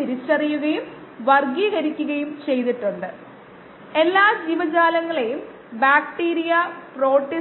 ln xv0xv kdt ജീവനക്ഷമമായ കോശങ്ങളുടെ സാന്ദ്രത xv യിലേക് പോകാൻ ആവശ്യമായ